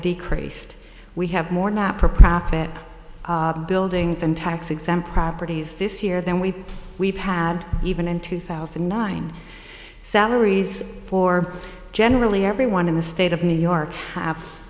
decreased we have more not for profit buildings and tax exempt properties this year than we've we've had even in two thousand and nine salaries for generally everyone in the state of new york have